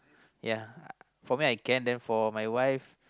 ya uh for me I can then for my wife